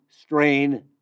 strain